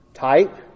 Type